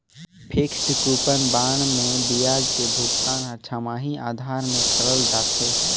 fixed coupon bond मे बियाज के भुगतान हर छमाही आधार में करल जाथे